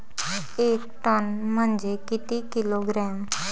एक टन म्हनजे किती किलोग्रॅम?